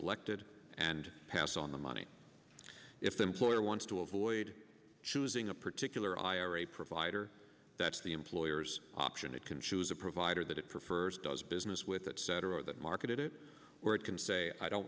elected and pass on the money if the employer wants to avoid choosing a particular ira provider that's the employer's option it can choose a provider that it prefers does business with etc that market it or it can say i don't